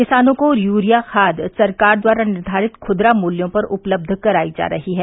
किसानों को यूरिया खाद सरकार द्वारा निर्धारित खुदरा मुल्यों पर उपलब्ध कराई जा रही है